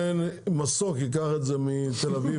מסוק ייקח את זה מתל אביב.